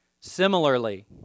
Similarly